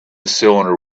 cylinder